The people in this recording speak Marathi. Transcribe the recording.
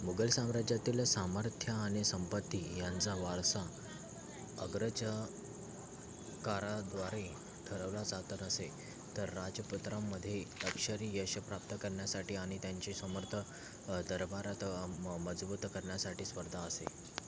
मुघल साम्राज्यातील सामर्थ्य आणि संपत्ती यांचा वारसा अग्रजाकाराद्वारे ठरवला जात नसे तर राजपत्रांमध्ये अक्षरी यश प्राप्त करण्यासाठी आणि त्यांचे समर्थ दरबारात मजबूत करण्यासाठी स्पर्धा असे